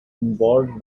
involved